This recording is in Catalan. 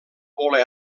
voler